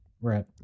Right